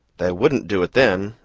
they wouldn't do it then,